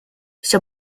все